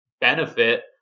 benefit